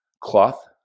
cloth